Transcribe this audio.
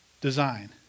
design